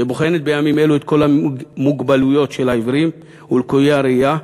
שבוחנת בימים אלו את כל המוגבלויות של העיוורים ולקויי הראייה,